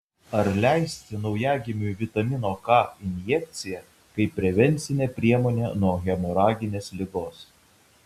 ar leisti naujagimiui vitamino k injekciją kaip prevencinę priemonę nuo hemoraginės ligos